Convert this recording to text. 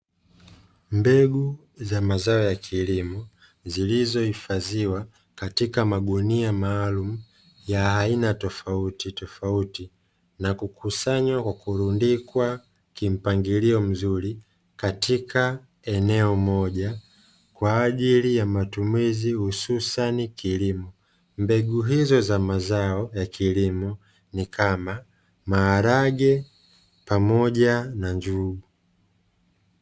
Mbegu za mazao ya kilimo zilizohifadhiwa katika magunia maalumu ya aina tofauti tofauti na kukusanywa kwa kurudikwa kimpangilio mzuri katika eneo moja kwa ajili ya matumizi hususani kilimo mbegu hizo za mazao ya kilimo ni kama maharage, pamoja na njugu.